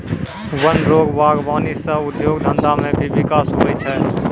वन रो वागबानी सह उद्योग धंधा मे भी बिकास हुवै छै